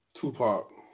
Tupac